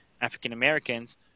African-Americans